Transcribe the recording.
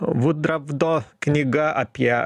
vudravdo knyga apie